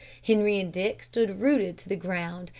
henri and dick stood rooted to the ground,